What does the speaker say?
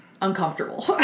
uncomfortable